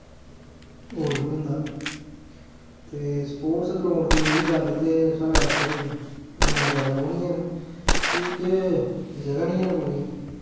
होर बी होंदा ते स्पोर्टस ग्राउंड दी रेही गल्ल ते साढ़ै इत्थै इन्ना जैदा ओह् निं ऐ कि ह्के जगह निं हैन पूरियां